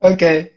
Okay